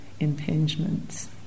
impingements